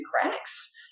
cracks